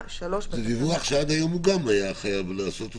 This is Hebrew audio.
זה דיווח שעד היום הוא גם לא היה חייב לעשות אותו.